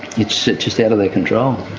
it's just out of their control.